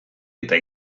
eta